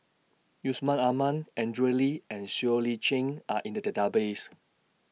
Yusman Aman Andrew Lee and Siow Lee Chin Are in The Database